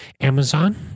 Amazon